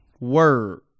word